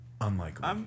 Unlikely